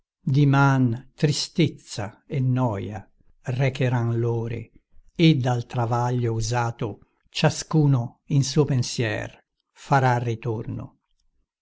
gioia diman tristezza e noia recheran l'ore ed al travaglio usato ciascuno in suo pensier farà ritorno